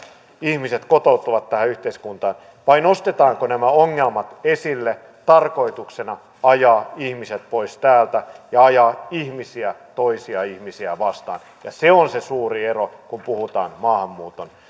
ihmiset kotoutuvat tähän yhteiskuntaan vai nostetaanko nämä ongelmat esille tarkoituksena ajaa ihmiset pois täältä ja ajaa ihmisiä toisia ihmisiä vastaan se on se suuri ero kun puhutaan maahanmuuttoon